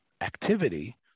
activity